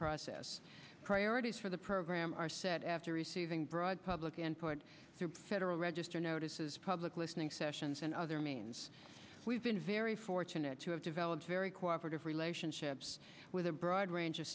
process priorities for the program are set after receiving broad public input through federal register notices public listening sessions and other means we've been very fortunate to have developed very cooperative relationships with a broad range of